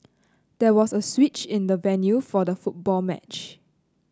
there was a switch in the venue for the football match